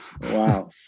wow